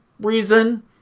reason